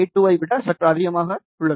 82 ஐ விட சற்று அதிகமாக உள்ளது